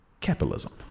Capitalism